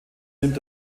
nimmt